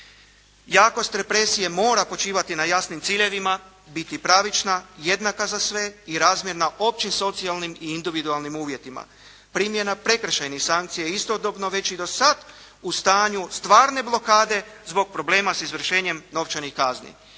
Jakost represije mora počivati na jasnim ciljevima, biti pravična, jednaka za sve i razmjerna općim socijalnim i individualnim uvjetima. Primjena prekršajnih sankcija istodobno već i do sad u stanju stvarne blokade zbog problema s izvršenjem novčanih kazni.